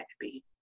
happy